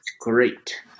Great